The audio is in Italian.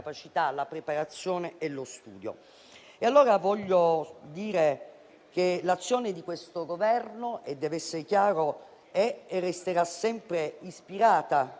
preparazione e studio. Vorrei dire che l'azione di questo Governo - deve essere chiaro - è e resterà sempre ispirata